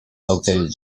located